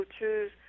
choose